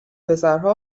پسرها